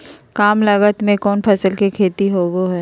काम लागत में कौन फसल के खेती होबो हाय?